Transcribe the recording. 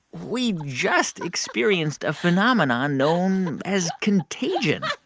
we just experienced a phenomenon known as contagion